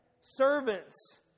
Servants